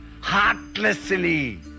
Heartlessly